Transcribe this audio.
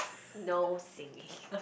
no singing